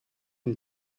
une